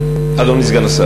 אדוני סגן השר,